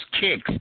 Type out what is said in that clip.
kicks